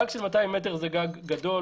גג של 200 קילוואט זה גג גדול,